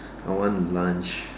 I want lunch